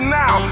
now